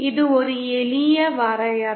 இது ஒரு எளிய வரையறை